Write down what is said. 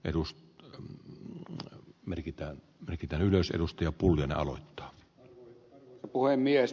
erus on merkittävä merkitään ylös edustaja arvoisa puhemies